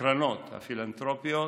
הקרנות הפילנתרופיות.